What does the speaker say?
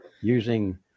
using